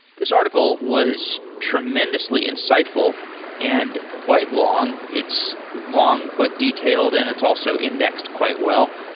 this article was tremendously insightful and quite long. it's long, but detailed, and it's also indexed quite well.